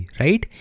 right